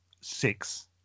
six